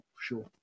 sure